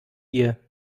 year